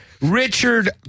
Richard